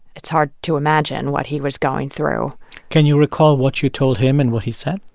it's hard to imagine what he was going through can you recall what you told him and what he said?